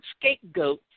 scapegoat